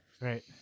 right